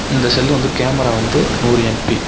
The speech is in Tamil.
இந்த செல்லு வந்து கேமரா வந்து நூறு எம்பி